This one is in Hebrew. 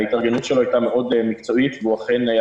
ההתארגנות שלו הייתה מאוד מקצועית והוא אכן היה